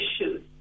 issues